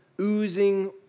oozing